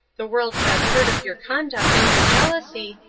the world has heard of your conduct and your jealousy,